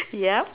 yeah